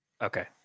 Okay